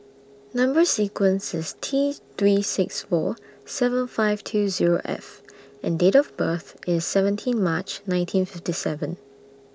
Number sequence IS T three six four seven five two Zero F and Date of birth IS seventeen March nineteen fifty seven